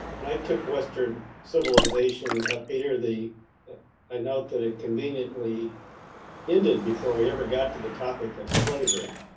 but i took western civilization, peter, the i note that it conveniently ended before we ever got to the topic of slavery